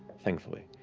thankfully.